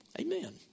Amen